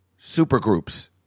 supergroups